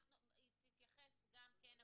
היא תתייחס גם כן,